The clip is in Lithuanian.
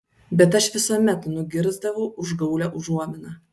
bet aš visuomet nugirsdavau užgaulią užuominą